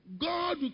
God